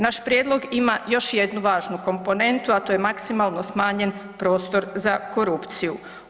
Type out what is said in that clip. Naš prijedlog ima još jednu važnu komponentu, a to je maksimalno smanjen prostor za korupciju.